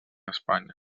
espanya